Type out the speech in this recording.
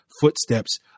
footsteps